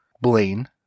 Blaine